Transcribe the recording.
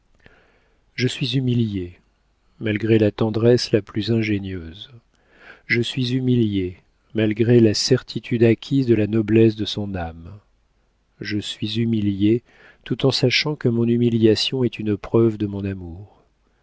je suis humilié malgré la tendresse la plus ingénieuse je suis humilié malgré la certitude acquise de la noblesse de son âme je suis humilié tout en sachant que mon humiliation est une preuve de mon amour